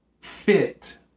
fit